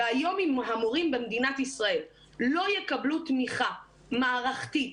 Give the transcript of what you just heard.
והיום אם המורים במדינת ישראל לא יקבלו תמיכה מערכתית,